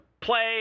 play